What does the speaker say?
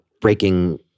breaking